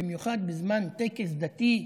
במיוחד בזמן טקס דתי.